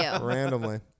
Randomly